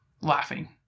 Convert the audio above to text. laughing